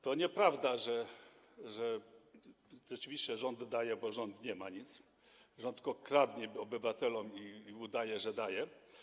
To nieprawda, że rzeczywiście rząd daje, bo rząd nie ma nic, rząd tylko kradnie obywatelom i udaje, że daje.